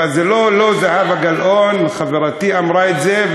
אבל לא זהבה גלאון חברתי אמרה את זה,